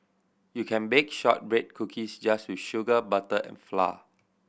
you can bake shortbread cookies just with sugar butter and flour